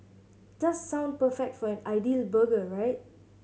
does sound perfect for an ideal burger right